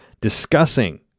discussing